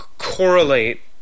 correlate